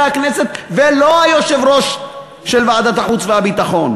הכנסת ולא היושב-ראש של ועדת החוץ והביטחון,